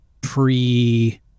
pre